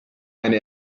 eine